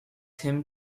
him